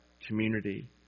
community